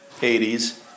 80s